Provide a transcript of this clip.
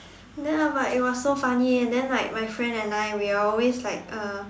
then I am like it was so funny and then like my friend and I we are always like uh